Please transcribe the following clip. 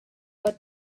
bod